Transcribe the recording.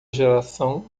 geração